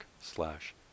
slash